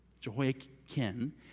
Jehoiakim